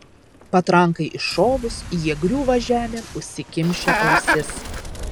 patrankai iššovus jie griūva žemėn užsikimšę ausis